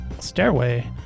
stairway